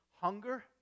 hunger